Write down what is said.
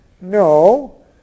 No